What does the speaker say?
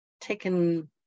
taken